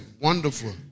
wonderful